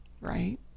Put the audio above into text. Right